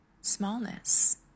smallness